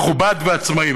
מכובד ועצמאי,